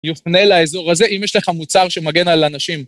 יופנה לאזור הזה אם יש לך מוצר שמגן על אנשים.